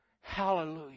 Hallelujah